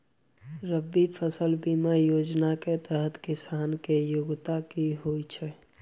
रबी फसल बीमा योजना केँ तहत किसान की योग्यता की होइ छै?